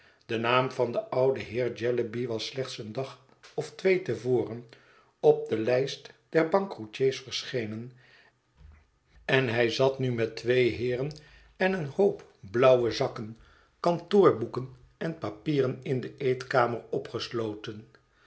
de naam van den ouden heer jellyby was slechts een dag of twee te voren op de lijst der bankroetiers verschenen en hij zat nu met twee heeren en een hoop blauwe zakken kantoorboeken en papieren in de eetkamer opgesloten